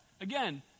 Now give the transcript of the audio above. Again